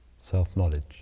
self-knowledge